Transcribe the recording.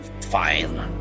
Fine